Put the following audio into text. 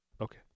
Okay